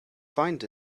find